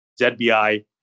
ZBI